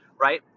right